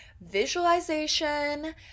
visualization